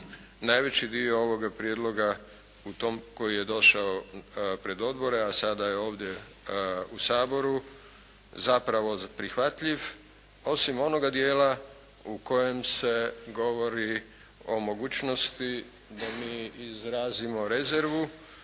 najveći dio ovoga prijedloga u tom koji je došao pred odbore, a sada je ovdje u Saboru zapravo prihvatljiv osim onoga dijela u kojem se govori o mogućnosti da mi izrazimo rezervu